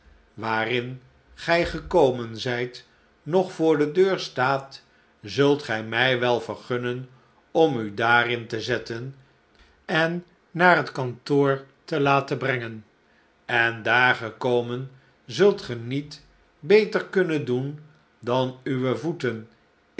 waarin gij gekomen zijt nog voor de deur staat zult gij mij wel vergunnen om u daarin te zetten en naar het kantoor te laten brengen en daar gekomen zult ge niet beter kunnen doen dan uwe voeten